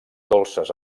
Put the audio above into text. dolces